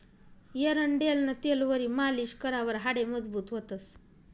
एरंडेलनं तेलवरी मालीश करावर हाडे मजबूत व्हतंस